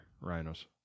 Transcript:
Rhinos